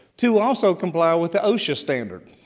to also comply with the osha standard,